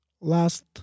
Last